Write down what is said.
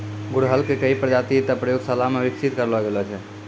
गुड़हल के कई प्रजाति तॅ प्रयोगशाला मॅ विकसित करलो गेलो छै